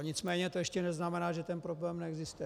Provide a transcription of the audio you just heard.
Nicméně to ještě neznamená, že problém neexistuje.